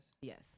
Yes